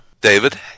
David